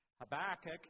Habakkuk